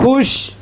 خوش